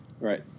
Right